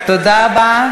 תודה רבה.